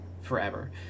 forever